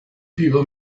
people